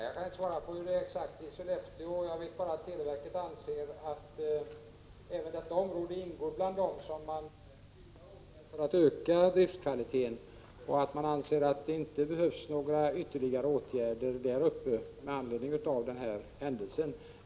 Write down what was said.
Herr talman! Jag kan inte svara exakt hur det är i Sollefteå. Jag vet bara att televerket anser att även detta område ingår bland dem där man vidtar åtgärder för att öka driftkvaliteten, och att man anser att det inte behövs några ytterligare åtgärder där uppe med anledning av den händelse som här har berörts.